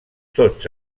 tots